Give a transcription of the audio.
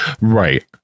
Right